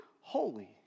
holy